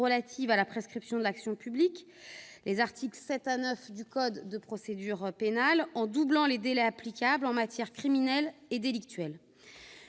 relatives à la prescription de l'action publique, en particulier les articles 7 à 9 du code de procédure pénale, en doublant les délais applicables en matière criminelle et délictuelle.